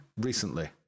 recently